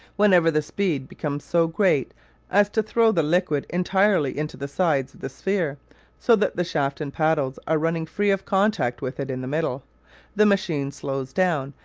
whenever the speed becomes so great as to throw the liquid entirely into the sides of the sphere so that the shaft and paddles are running free of contact with it in the middle the machine slows down,